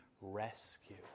rescue